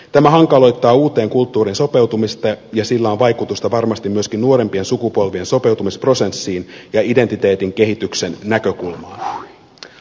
tämä hankaloittaa uuteen kulttuuriin sopeutumista ja sillä on vaikutusta varmasti myöskin nuorempien sukupolvien sopeutumisprosessiin ja identiteetin kehityksen näkökulmaan